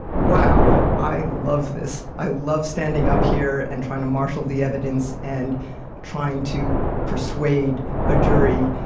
wow, i love this. i love standing up here and trying to marshal the evidence and trying to persuade a jury.